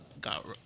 got